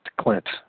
Clint